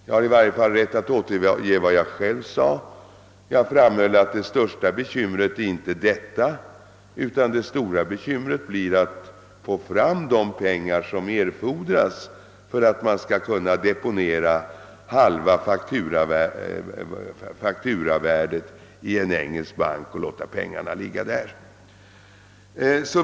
Jag har i varje fall rätt att återge vad jag själv yttrade: jag framhöll att det största bekymret inte skulle bli detta utan att få fram de pengar som erfordras för att man skall kunna deponera halva fakturavärdet i en engelsk bank och låta pengarna ligga där.